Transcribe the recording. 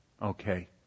Okay